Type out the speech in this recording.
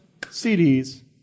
CDs